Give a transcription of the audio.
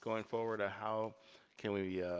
going forward, how can we we yeah